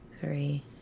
three